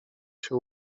się